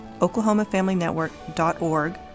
oklahomafamilynetwork.org